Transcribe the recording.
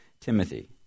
Timothy